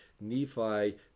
Nephi